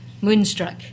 Moonstruck